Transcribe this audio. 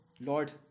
Lord